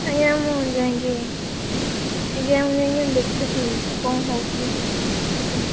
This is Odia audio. ଆଜ୍ଞା ମୁଁ ଯାଇକି ଆଜ୍ଞା ମୁଁ ଯାଇକି ଦେଖୁଛି କ'ଣ ହେଉଛି ସେଠି